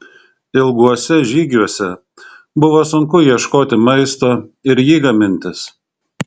ilguose žygiuose buvo sunku ieškoti maisto ir jį gamintis